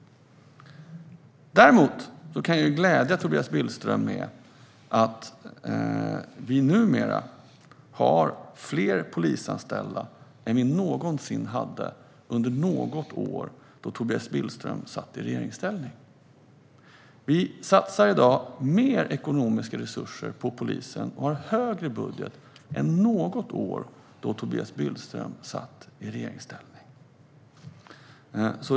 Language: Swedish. Däremot kan jag glädja Tobias Billström med att vi numera har fler polisanställda än vi någonsin hade under något år då Tobias Billström satt i regeringsställning. Vi satsar i dag mer ekonomiska resurser på polisen och har en större budget än något år då Tobias Billström satt i regeringsställning.